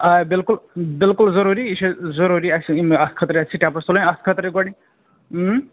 آ بِلکُل بِلکُل ضروٗری یہِ چھِ ضروٗرِی اَسہِ اَتھ خٲطرٕ گژھِ یہِ سِٹپٕس تُلٕنۍ اَتھ خٲطرٕ گۅڈنٕے